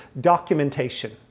documentation